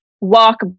walk